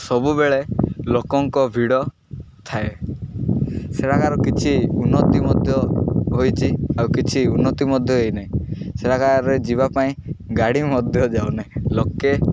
ସବୁବେଳେ ଲୋକଙ୍କ ଭିଡ଼ ଥାଏ ସେଠାକାର କିଛି ଉନ୍ନତି ମଧ୍ୟ ହୋଇଚି ଆଉ କିଛି ଉନ୍ନତି ମଧ୍ୟ ହେଇନାହିଁ ସେଠାକାରରେ ଯିବା ପାଇଁ ଗାଡ଼ି ମଧ୍ୟ ଯାଉନାହିଁ ଲୋକେ